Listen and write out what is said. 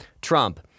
Trump